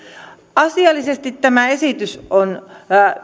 asiallisesti tämä esitys on